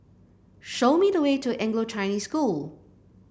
show me the way to Anglo Chinese School